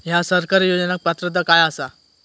हया सरकारी योजनाक पात्रता काय आसा?